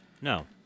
no